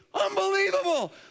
Unbelievable